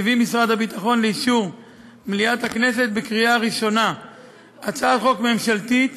מביא משרד הביטחון לאישור מליאת הכנסת בקריאה ראשונה הצעת חוק ממשלתית